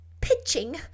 pitching